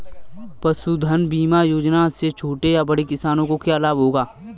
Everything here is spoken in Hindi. पशुधन बीमा योजना से छोटे या बड़े किसानों को क्या लाभ होगा?